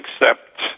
accept